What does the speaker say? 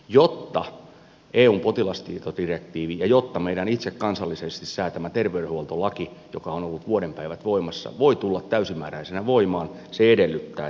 jotta eun potilastietodirektiivi ja meidän itse kansallisesti säätämämme terveydenhuoltolaki joka on ollut vuoden päivät voimassa voivat tulla täysimääräisinä voimaan se edellyttää että tieto kulkee